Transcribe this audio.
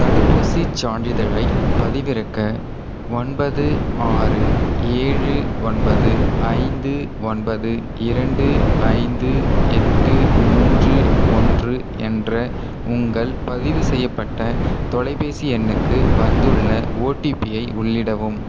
தடுப்பூசி சான்றிதழை பதிவிறக்க ஒன்பது ஆறு ஏழு ஒன்பது ஐந்து ஒன்பது இரண்டு ஐந்து எட்டு மூன்று ஒன்று என்ற உங்கள் பதிவு செய்யப்பட்ட தொலைபேசி எண்ணுக்கு வந்துள்ள ஓடிபியை உள்ளிடவும்